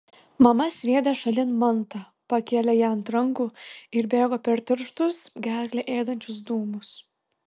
mama sviedė šalin mantą pakėlė ją ant rankų ir bėgo per tirštus gerklę ėdančius dūmus